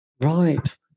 Right